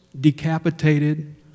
decapitated